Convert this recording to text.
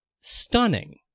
stunning